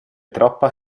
troppa